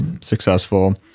successful